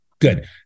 good